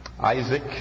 Isaac